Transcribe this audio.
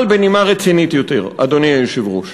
אבל בנימה רצינית יותר, אדוני היושב-ראש.